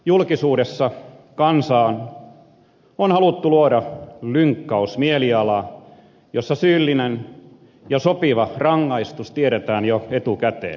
julkisuudessa kansaan on haluttu luoda lynkkausmielialaa jossa syyllinen ja sopiva rangaistus tiedetään jo etukäteen